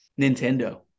Nintendo